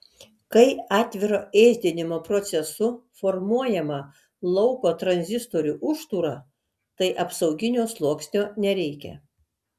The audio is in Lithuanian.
kai atviro ėsdinimo procesu formuojama lauko tranzistorių užtūra tai apsauginio sluoksnio nereikia